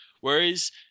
Whereas